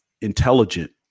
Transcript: intelligent